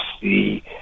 see